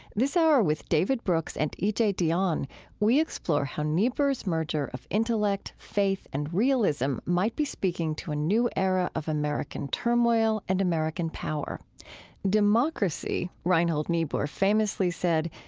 this hour with david brooks and e j. dionne we explore how niebuhr's merger of intellect, faith, and realism might be speaking to a new era of american turmoil and american power democracy, reinhold niebuhr famously said,